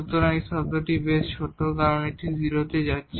সুতরাং এই শব্দটি বেশ ছোট কারণ এটি 0 তেও যাচ্ছে